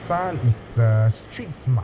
sun is uh street smart